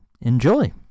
Enjoy